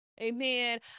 Amen